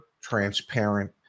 transparent